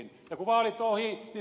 kun vaalit ovat ohi ed